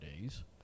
days